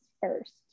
first